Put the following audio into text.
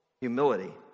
Humility